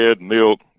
milk